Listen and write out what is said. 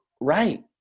Right